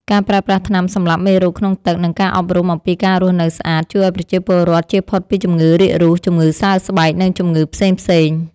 ការប្រើប្រាស់ថ្នាំសម្លាប់មេរោគក្នុងទឹក និងការអប់រំអំពីការរស់នៅស្អាត ជួយឱ្យប្រជាពលរដ្ឋជៀសផុតពីជំងឺរាករូស ជំងឺសើស្បែក និងជំងឺផ្សេងៗ។